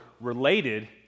related